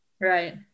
right